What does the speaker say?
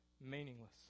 meaningless